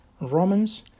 Romans